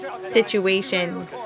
situation